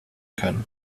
können